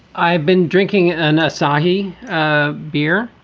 i've been drinking an asahi ah beer